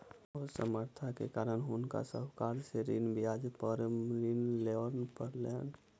असमर्थता के कारण हुनका साहूकार सॅ चक्रवृद्धि ब्याज दर पर ऋण लिअ पड़लैन